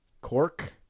cork